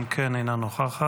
גם כן אינה נוכחת.